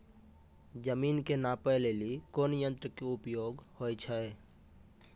जमीन के नापै लेली कोन यंत्र के उपयोग होय छै?